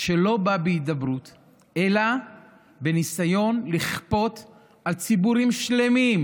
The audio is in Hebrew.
הוא לא בא בהידברות אלא בניסיון לכפות על ציבורים שלמים,